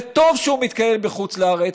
וטוב שהוא מתקיים בחוץ-לארץ,